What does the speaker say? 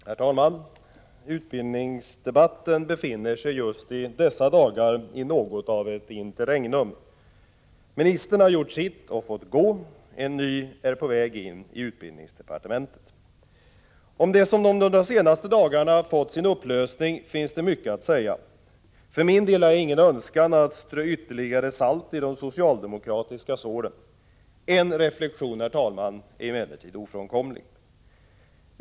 Herr talman! Utbildningsdebatten befinner sig just i dessa dagar i något av ett interregnum. Ministern har gjort sitt och fått gå. En ny är på väg in i utbildningsdepartementet. Om det som under de senaste dagarna fått sin upplösning finns mycket att säga. För min del har jag ingen önskan att strö ytterligare salt i de socialdemokratiska såren. En reflexion, herr talman, är emellertid ofrånkomlig.